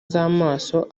z’amaso